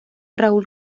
raúl